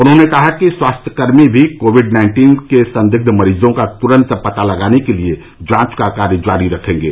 उन्होंने कहा कि स्वास्थ्यकर्मी भी कोविड नाइन्टीन के संदिग्ध मरीजों का तुरन्त पता लगाने के लिए जांच का कार्य जारी रखेंगे